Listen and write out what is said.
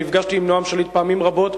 שנפגשתי עם נועם שליט פעמים רבות,